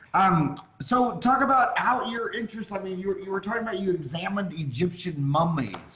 um so talk about out your interest i mean you were you were talking about you examined egyptian mummies,